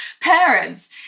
parents